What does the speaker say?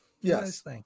Yes